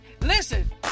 listen